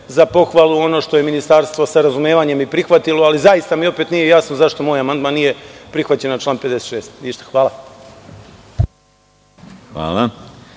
za pohvalu ono što je ministarstvo sa razumevanjem i prihvatilo, ali zaista mi opet nije jasno zašto moj amandman nije prihvaćen na član 56? Hvala.